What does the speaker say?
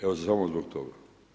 Evo samo zbog toga.